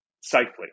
safely